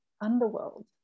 underworld